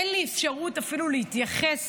אין לי אפשרות אפילו להתייחס